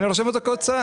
ואני רושם אותו כהוצאה.